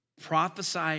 Prophesy